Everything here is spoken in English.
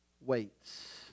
waits